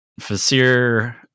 Fasir